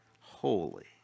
holy